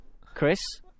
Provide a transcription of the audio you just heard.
Chris